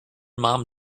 mom